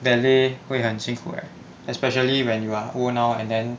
ballet 会很幸苦 eh especially when you are old now and then